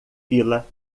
fila